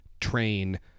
train